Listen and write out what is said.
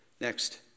Next